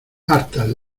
hartas